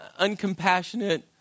uncompassionate